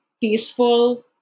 peaceful